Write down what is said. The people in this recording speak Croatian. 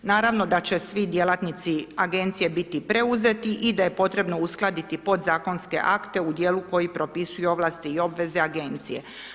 Naravno da će svi djelatnici Agencije biti preuzeti i da je potrebno uskladiti Podzakonske akte u dijelu koji propisuje ovlasti i obveze Agencije.